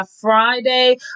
Friday